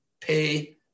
pay